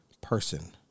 person